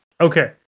Okay